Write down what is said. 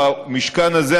במשכן הזה,